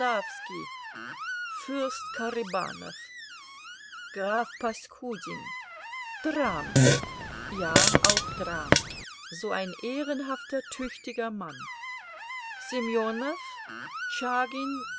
fürst karibanow graf paskudin dram ja auch dram so ein ehrenhafter tüchtiger mann